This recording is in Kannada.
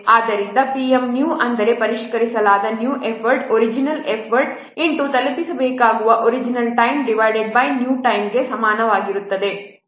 ಆದ್ದರಿಂದ pm ನ್ಯೂ ಅಂದರೆ ಪರಿಷ್ಕರಿಸಲಾದ ನ್ಯೂ ಎಫರ್ಟ್ ಒರಿಜಿನಲ್ ಎಫರ್ಟ್ ತಲುಪಿಸಲು ಬೇಕಾಗುವ ಒರಿಜಿನಲ್ ಟೈಮ್ ನ್ಯೂ ಟೈಮ್ ಗೆ ಸಮನಾಗಿರುತ್ತದೆ